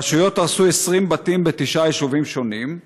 הרשויות הרסו 20 בתים בתשעה יישובים שונים.